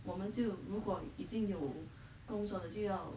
我们就如果已经有工作的就要